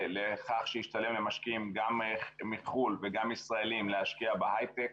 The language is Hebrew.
לכך שישתלם למשקיעים גם מחו"ל וגם לישראלים להשקיע בהיי-טק.